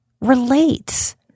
relates